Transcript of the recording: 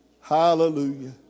Hallelujah